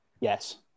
Yes